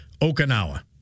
Okinawa